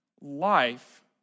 life